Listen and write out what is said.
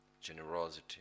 generosity